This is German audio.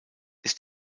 ist